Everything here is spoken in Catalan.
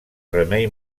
remei